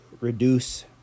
reduce